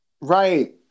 Right